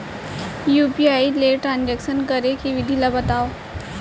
UPI ले transaction करे के विधि ला बतावव?